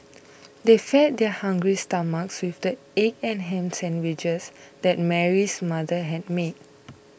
they fed their hungry stomachs with the egg and ham sandwiches that Mary's mother had made